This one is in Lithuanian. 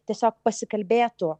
tiesiog pasikalbėtų